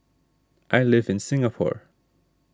I live in Singapore